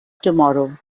tomorrow